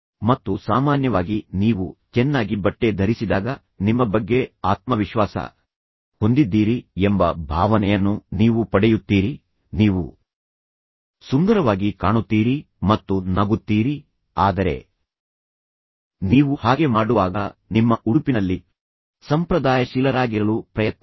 ಮತ್ತು ಸಾಮಾನ್ಯವಾಗಿ ನೀವು ಚೆನ್ನಾಗಿ ಬಟ್ಟೆ ಧರಿಸಿದಾಗ ನಿಮ್ಮ ಬಗ್ಗೆ ಆತ್ಮವಿಶ್ವಾಸ ಹೊಂದಿದ್ದೀರಿ ಎಂಬ ಭಾವನೆಯನ್ನು ನೀವು ಪಡೆಯುತ್ತೀರಿ ನೀವು ಸುಂದರವಾಗಿ ಕಾಣುತ್ತೀರಿ ಮತ್ತು ನಗುತ್ತೀರಿ ಆದರೆ ನೀವು ಹಾಗೆ ಮಾಡುವಾಗ ನಿಮ್ಮ ಉಡುಪಿನಲ್ಲಿ ಸಂಪ್ರದಾಯಶೀಲರಾಗಿರಲು ಪ್ರಯತ್ನಿಸಿ